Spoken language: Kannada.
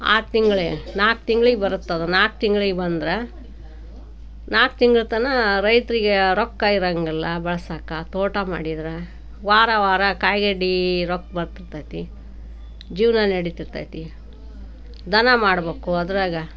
ಆರು ತಿಂಗಳಿಗೆ ನಾಲ್ಕು ತಿಂಗ್ಳಿಗೆ ಬರುತ್ತದು ನಾಲ್ಕು ತಿಂಗ್ಳಿಗೆ ಬಂದ್ರೆ ನಾಲ್ಕು ತಿಂಗಳು ತನಕ ರೈತರಿಗೆ ರೊಕ್ಕ ಇರೋಂಗಿಲ್ಲ ಬಳ್ಸೋಕೆ ತೋಟ ಮಾಡಿದ್ರೆ ವಾರ ವಾರ ಕಾಯಿ ಗಡ್ಡೆ ರೊಕ್ಕ ಬರ್ತಿರ್ತದೆ ಜೀವನ ನಡಿತಿರ್ತದೆ ದನ ಮಾಡಬೇಕು ಅದರಾಗ